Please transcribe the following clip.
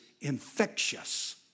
infectious